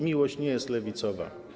Miłość nie jest lewicowa.